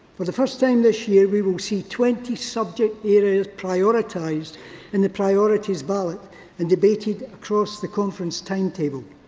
for the first time this year we will see twenty subject areas prioritised in the priorities ballot and debated across the conference time table.